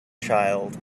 child